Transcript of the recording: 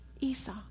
Esau